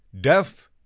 Death